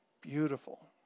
beautiful